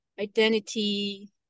identity